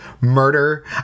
murder